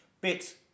Bit